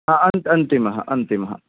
अन्तिमः अन्तिमः